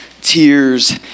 tears